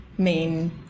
main